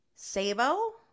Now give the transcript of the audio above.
sabo